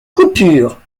coupure